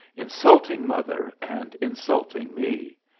insulting mother and insulting me.